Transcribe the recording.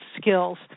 skills